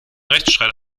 rechtsstreit